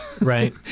Right